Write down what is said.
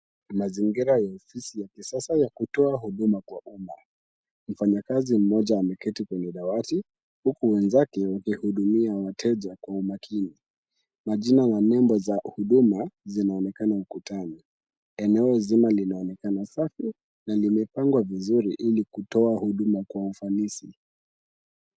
Mazingira ya ofisi ya kisasa ya kutoa huduma kwa umma. Mfanyakazi mmoja ameketi kwenye dawati, huku wenzake wakihudumia wateja kwa umakini. Majina ya nembo za Huduma zinaonekana ukutani. Eneo zima linaonekana safi, na limepangwa vizuri ili kutoa huduma kwa ufanisi.